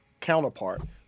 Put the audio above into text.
counterpart